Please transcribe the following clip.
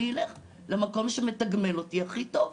אני אלך למקום שמתגמל אותי הכי טוב.